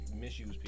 misuse